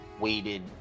weighted